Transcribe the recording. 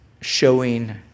showing